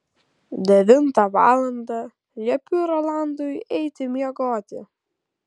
devintą valandą liepiu rolandui eiti miegoti